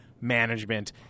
management